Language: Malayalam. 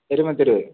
എരുമത്തെരുവ്